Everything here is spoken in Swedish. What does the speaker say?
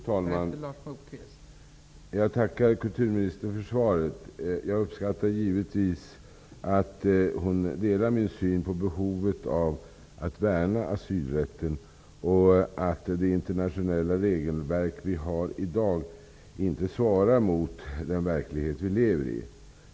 Fru talman! Jag tackar kulturministern för svaret. Jag uppskattar givetvis att Birgit Friggebo delar min syn på behovet av att värna asylrätten och att det internationella regelverk vi har i dag inte svarar mot den verklighet vi lever i.